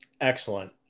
Excellent